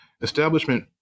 Establishment